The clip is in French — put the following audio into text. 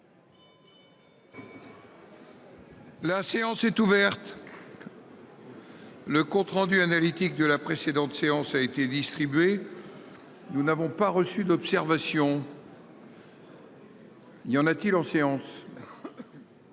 La séance est ouverte.-- Le compte rendu analytique de la précédente séance a été distribué. Nous n'avons pas reçu d'observation. Il y en a-t-il en séance.--